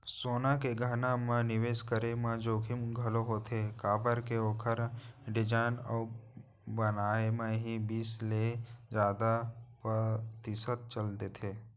सोना के गहना म निवेस करे म जोखिम घलोक होथे काबर के ओखर डिजाइन अउ बनाए म ही बीस ले जादा परतिसत चल देथे